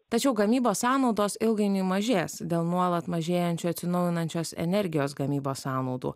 tačiau gamybos sąnaudos ilgainiui mažės dėl nuolat mažėjančių atsinaujinančios energijos gamybos sąnaudų